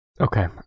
Okay